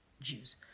Jews